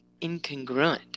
incongruent